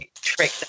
Trick